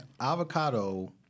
avocado